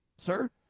Sir